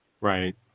Right